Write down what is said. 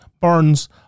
Burns